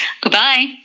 Goodbye